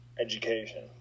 education